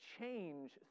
change